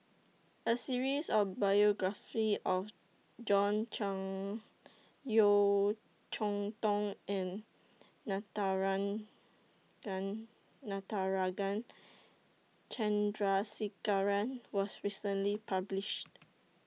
A series of biographies of John Clang Yeo Cheow Tong and Natarajan Chandrasekaran was recently published